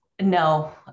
No